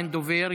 אין דובר,